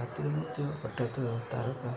ରାତିରେ ମଧ୍ୟ ହଠାତ୍ ତାରକା